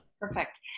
Perfect